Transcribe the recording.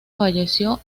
falleció